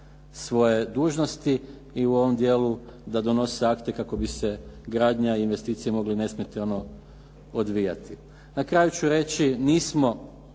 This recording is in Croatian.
svoje dužnosti i u ovom dijelu da donose akte kako bi se gradnja i investicija mogli nesmetano odvijati. Na kraju ću reći nismo